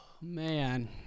man